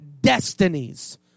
destinies